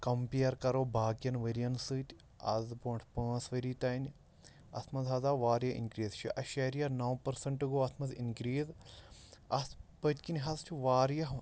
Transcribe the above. compare کَرو باقیَن ؤریَن سۭتۍ آز برٛونٛٹھ پانٛژھ ؤری تانۍ اَتھ منٛز حظ آو واریاہ اِنکرٛیٖز شٚے اَشاریہ نَو پٔرسَنٛٹہٕ گوٚو اَتھ منٛز اِنکریٖز اَتھ پٔتۍ کِنۍ حظ چھِ واریاہ